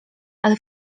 ale